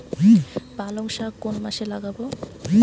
পালংশাক কোন মাসে লাগাব?